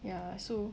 ya so